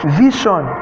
vision